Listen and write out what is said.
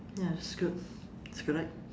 ya that's good it's correct